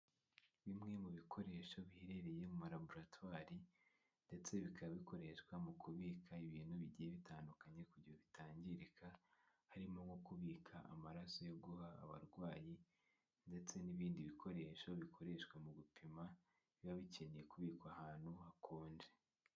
Bimwe mu bikoresho biherereye mu ma laboratware ndetse bikaba bikoreshwa mu kubika ibintu bigiye bitandukanye kugira ngo bitangirika, harimo nko kubika amaraso yo guha abarwayi ndetse n'ibindi bikoresho bikoreshwa mu gupima, biba bikeneye kubikwa ahantu hakonje.